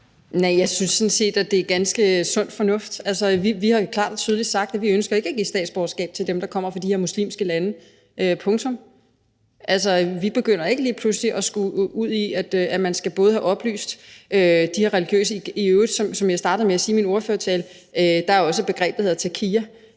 Nej, jeg synes sådan set, det er ganske sund fornuft. Vi har klart og tydeligt sagt, at vi ikke ønsker at give statsborgerskab til dem, der kommer fra de her muslimske lande. Punktum. Vi begynder ikke lige pludselig at skulle ud i, at man skal have oplyst religion. I øvrigt, som jeg startede med at sige i min ordførertale, er der også et begreb, der hedder taqiya.